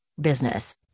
business